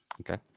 Okay